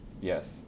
yes